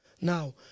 Now